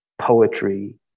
poetry